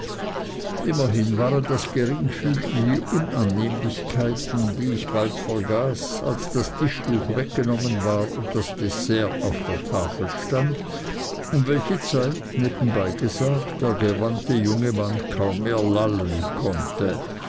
immerhin waren das geringfügige unannehmlichkeiten die ich bald vergaß als das tischtuch weggenommen war und das dessert auf der tafel stand um welche zeit nebenbei gesagt der gewandte junge mann kaum mehr lallen konnte